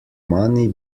money